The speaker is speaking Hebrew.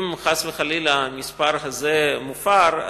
אם חס וחלילה המספר הזה מופר,